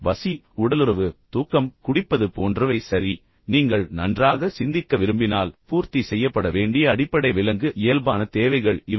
பசி உடலுறவு தூக்கம் குடிப்பது போன்றவை சரி நீங்கள் நன்றாக சிந்திக்க விரும்பினால் பூர்த்தி செய்யப்பட வேண்டிய அடிப்படை விலங்கு இயல்பான தேவைகள் இவை